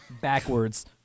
backwards